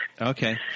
Okay